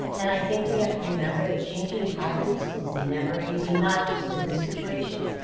and i think we have to remember that changing habits is never easy, not just in this situation,